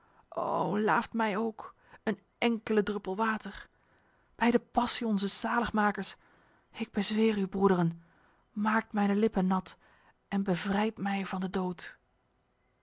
o laaft mij ook een enkele druppel water bij de passie onzes zaligmakers ik bezweer u broederen maakt mijne lippen nat en bevrijdt mij van de dood